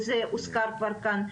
וזה הוזכר כאן,